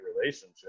relationship